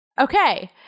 Okay